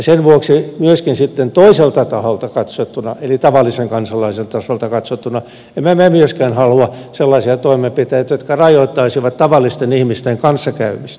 sen vuoksi myöskin sitten toiselta taholta katsottuna eli tavallisen kansalaisen taholta katsottuna emme me myöskään halua sellaisia toimenpiteitä jotka rajoittaisivat tavallisten ihmisten kanssakäymistä